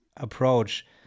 approach